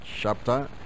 chapter